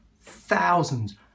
thousands